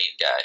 guy